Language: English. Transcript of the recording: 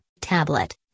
tablet